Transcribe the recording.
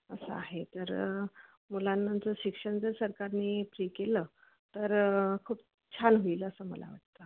असं आहे तर मुलांना जर शिक्षण जर सरकारने फ्री केलं तर खूप छान होईल असं मला वाटतं